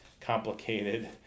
complicated